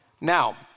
Now